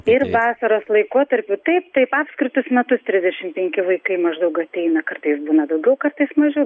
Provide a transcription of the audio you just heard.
ir vasaros laikotarpiu taip taip apskritus metus trisdešim penki vaikai maždaug ateina kartais būna daugiau kartais mažiau